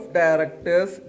directors